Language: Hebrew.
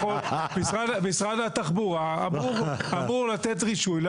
משרד התחבורה אמור לתת רישוי.